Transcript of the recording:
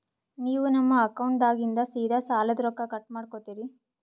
ನೀವು ನಮ್ಮ ಅಕೌಂಟದಾಗಿಂದ ಸೀದಾ ಸಾಲದ ರೊಕ್ಕ ಕಟ್ ಮಾಡ್ಕೋತೀರಿ?